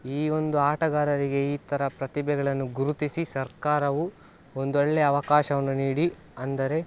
ಈ ಒಂದು ಆಟಗಾರರಿಗೆ ಈ ಥರ ಪ್ರತಿಭೆಗಳನ್ನು ಗುರುತಿಸಿ ಸರ್ಕಾರವು ಒಂದು ಒಳ್ಳೆಯ ಅವಕಾಶವನ್ನು ನೀಡಿ ಅಂದರೆ